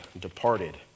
departed